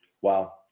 Wow